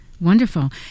Wonderful